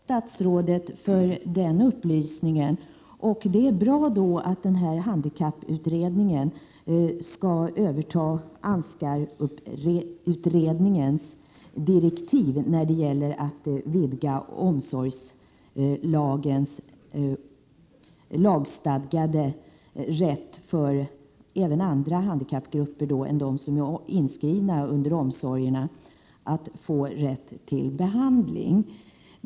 Herr talman! Jag tackar statsrådet för den upplysningen. Det är bra att den här handikapputredningen skall överta Ansgar-gruppens direktiv när det gäller att vidga den lagstadgade rätten till behandling enligt omsorgslagen för andra handikappade än de som nu omfattas av lagen.